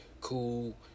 cool